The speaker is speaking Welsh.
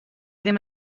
ddim